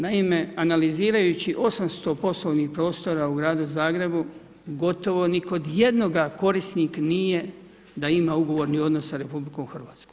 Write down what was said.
Naime, analizirajući 800 polovnih prostora u Gradu Zagrebu, gotovo, ni kod jednog korisnik nije da ima ugovorni odnos s RH.